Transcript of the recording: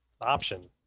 option